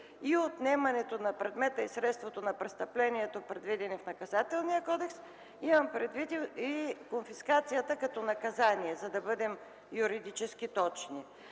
и отнемането на предмета, и средството на престъплението, предвидено в Наказателния кодекс, имам предвид и конфискацията като наказание, за да бъдем юридически точни.